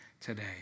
today